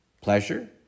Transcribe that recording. Pleasure